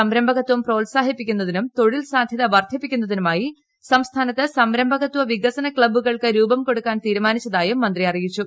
സംരംഭകത്വം പ്രോത്സാഹിപ്പിക്കുന്നതിനും തൊഴിൽ സാന്യത വർദ്ധിപ്പിക്കുന്നതിനുമായി സംസ്ഥാനത്ത് സംരംഭകത്വ വികസന ക്സബ്ബുകൾക്ക് രൂപം കൊടുക്കാൻ തീരുമാനിച്ചതായും മന്ത്രി അറിയിച്ചു